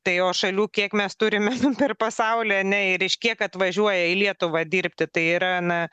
tai o šalių kiek mes turime nu per pasaulį ane ir iš kiek atvažiuoja į lietuvą dirbti tai yra na